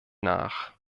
nach